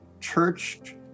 church